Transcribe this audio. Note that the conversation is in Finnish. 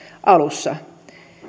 alussa